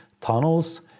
tunnels